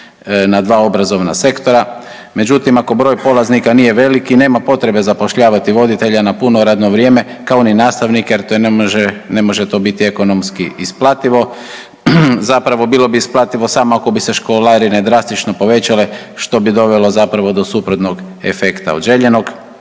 na dva obrazovna sektora. Međutim, ako broj polaznika nije veliki nema potrebe zapošljavati voditelja na puno radno vrijeme, kao ni nastavnike jer to ne može, ne može to biti ekonomski isplativo, zapravo bilo bi isplativo samo ako bi se školarine drastično povećale, što bi dovelo zapravo do suprotnog efekta od željenog